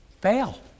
fail